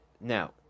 Now